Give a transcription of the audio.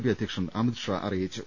P അധ്യക്ഷൻ അമിത് ഷാ അറിയിച്ചു